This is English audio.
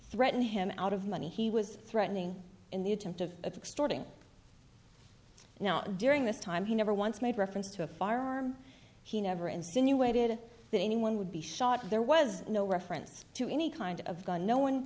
threaten him out of money he was threatening in the attempt of extorting now during this time he never once made reference to a firearm he never insinuated that anyone would be shot there was no reference to any kind of gun no one